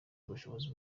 ubushobozi